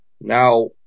Now